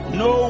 no